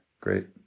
Great